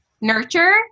nurture